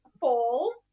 fall